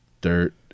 Dirt